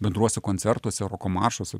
bendruose koncertuose roko maršuose